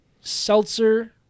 seltzer